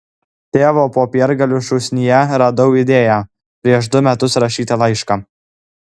tėvo popiergalių šūsnyje radau idėją prieš du metus rašytą laišką